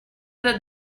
that